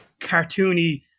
cartoony